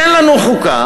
אין לנו חוקה,